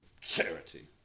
Charity